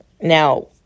Now